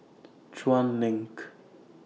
Chuan LINK